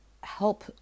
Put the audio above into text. help